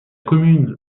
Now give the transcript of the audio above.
commune